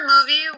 movie